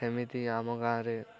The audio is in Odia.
ସେମିତି ଆମ ଗାଁରେ